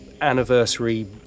anniversary